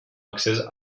accés